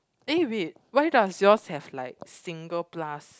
eh wait why does yours have like single plus